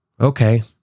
Okay